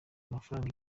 amafaranga